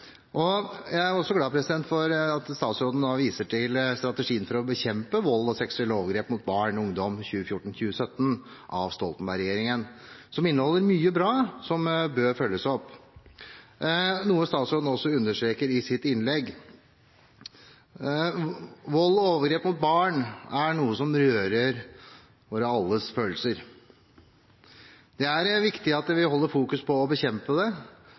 dem. Jeg er glad for at statsråden viser til Stoltenberg-regjeringens Strategi for å bekjempe vold og seksuelle overgrep mot barn og ungdom for 2014–2017, som inneholder mye bra som bør følges opp, noe statsråden også understreker i sitt innlegg. Vold og overgrep mot barn er noe som rører ved følelser i oss alle. Det er viktig at vi holder fokus på å bekjempe det.